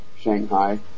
Shanghai